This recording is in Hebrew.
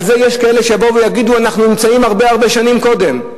על זה יש כאלה שיבואו ויגידו: אנחנו נמצאים הרבה הרבה שנים קודם.